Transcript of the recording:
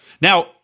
Now